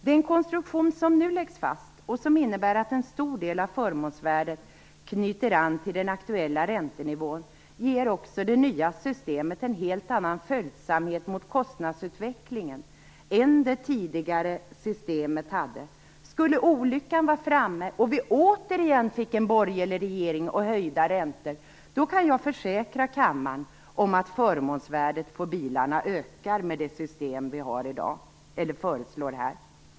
Den konstruktion som nu läggs fast, som innebär att en stor del av förmånsvärdet knyts an till den aktuella räntenivån, ger också det nya systemet en helt annan följsamhet gentemot kostnadsutvecklingen än det tidigare systemet. Skulle olyckan vara framme så att vi återigen fick en borgerlig regering och höjda räntor, då kan jag försäkra kammaren att förmånsvärdet på bilarna skulle öka med det system vi i dag föreslår.